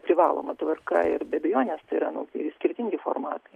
privaloma tvarka ir be abejonės tai yra nu skirtingi formatai